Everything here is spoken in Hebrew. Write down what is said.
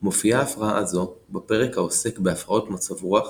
מופיעה הפרעה זו בפרק העוסק בהפרעות מצב רוח,